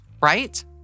right